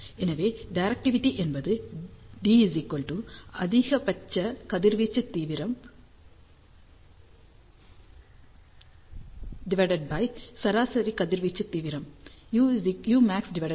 எனவே டிரெக்டிவிடி என்பது D அதிகபட்ச கதிர்வீச்சு தீவிரம் சராசரி கதிர்வீச்சு தீவிரம் UmaxU0